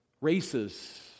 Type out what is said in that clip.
races